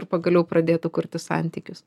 ir pagaliau pradėtų kurti santykius